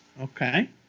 Okay